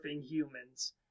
humans